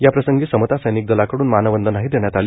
याप्रसंगी समता सैनिकदला कडून मानवंदनाही देण्यात आली